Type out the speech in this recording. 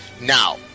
Now